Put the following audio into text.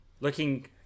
Looking